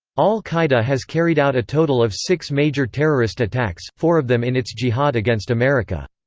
al-qaeda has carried out a total of six major terrorist attacks, four of them in its jihad against america.